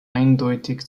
eindeutig